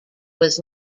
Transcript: was